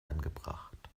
angebracht